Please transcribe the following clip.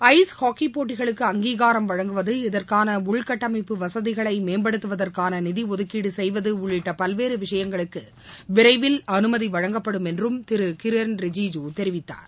ice hockey போட்டிகளுக்கு அங்கீகாரம் வழங்குவது இதற்காள உள்கட்டமைப்பு வசதிகளை மேம்படுத்துவதற்கான நிதி ஒதுக்கீடு செய்வது உள்ளிட்ட பல்வேறு விஷயங்களுக்கு விரவில் அனுமதி வழங்கப்படும் என்று திரு கிரண் ரிஜிஜ் தெரிவித்தார்